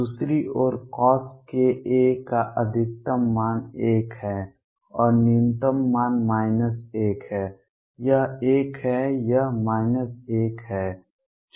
दूसरी ओर Coska का अधिकतम मान 1 है और न्यूनतम मान 1 है यह 1 है यह 1है